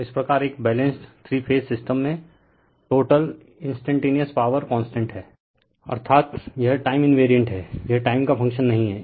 तो इस प्रकार एक बैलेंस्ड थ्री फेज सिस्टम में टोटल इंस्टेंटेनिअस पॉवर कांस्टेंट है अर्थात यह टाइम इनवेरिएंट है यह टाइम का फंक्शन नहीं है